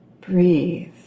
Breathe